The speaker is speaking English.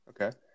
Okay